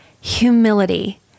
humility